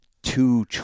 two